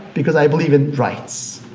because i believe in rights,